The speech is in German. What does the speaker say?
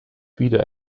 wieder